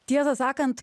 tiesą sakant